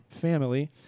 family